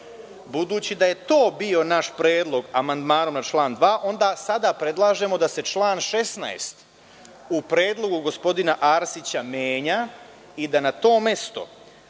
Budući da je to bio naš predlog amandmana na član 2, onda sada predlažemo da se član 16. u predlogu gospodina Arsića menja i da na to mesto